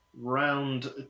Round